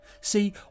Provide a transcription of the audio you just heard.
See